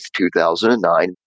2009